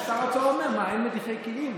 איך שר האוצר אומר: מה, אין מדיחי כלים?